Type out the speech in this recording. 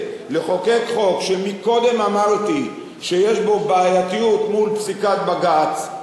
לחוקק חוק שקודם אמרתי שיש בו בעייתיות מול פסיקת בג"ץ,